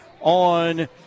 on